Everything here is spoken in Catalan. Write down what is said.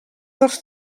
dels